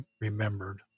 remembered